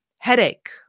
headache